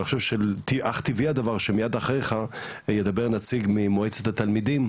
ואך טבעי שמיד אחריך ידבר נציג של מועצת התלמידים,